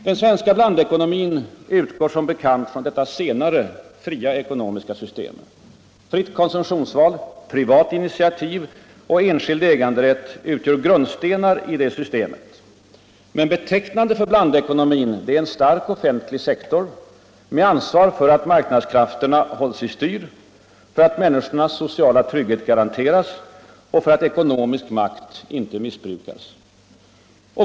Den svenska blandekonomin utgår som bekant från detta senare, fria ekonomiska system. Fritt konsumtionsval, privat initiativ och enskild äganderätt utgör grundstenari detta system. Men betecknande för blandekonomin är en stark offentlig sektor med ansvar för att marknadskrafterna hålls i styr, för att människornas sociala trygghet garanteras och för att ekonomisk makt inte missbrukas.